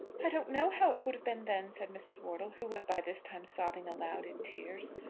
i don't know how it would have been then, said mrs. wortle, who was by this time sobbing aloud in tears.